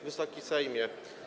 Wysoki Sejmie!